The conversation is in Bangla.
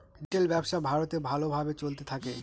রিটেল ব্যবসা ভারতে ভালো ভাবে চলতে থাকে